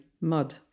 Mud